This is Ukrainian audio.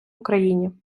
україні